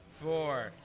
four